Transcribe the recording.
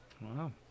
Wow